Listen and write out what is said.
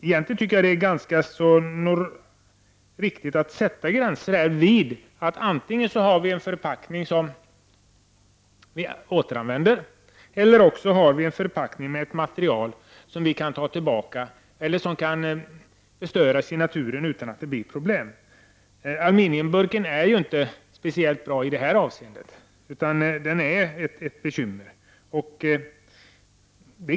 Egentligen tycker jag att det är riktigt att sätta gränsen så, att antingen har vi en förpackning som vi återanvänder eller också har vi en förpackning av ett material som kan förstöras i naturen utan att det blir problem. Aluminiumburken är inte speciellt bra i det avseendet, utan den är ett bekymmer.